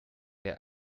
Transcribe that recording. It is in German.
der